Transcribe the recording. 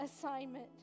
assignment